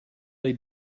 they